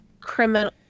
criminal